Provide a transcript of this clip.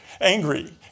angry